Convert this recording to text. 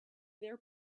their